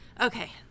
Okay